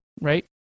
right